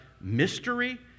mystery